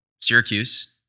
Syracuse